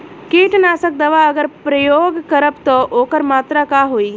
कीटनाशक दवा अगर प्रयोग करब त ओकर मात्रा का होई?